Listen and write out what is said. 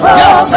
yes